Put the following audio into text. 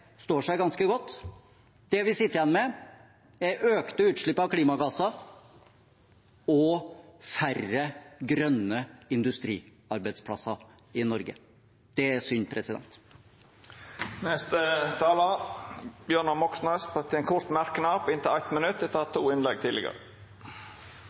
står seg ganske godt: Det vi sitter igjen med, er økte utslipp av klimagasser og færre grønne industriarbeidsplasser i Norge. Det er synd. Representanten Bjørnar Moxnes har hatt ordet to gonger tidlegare og får ordet til ein kort merknad, avgrensa til 1 minutt.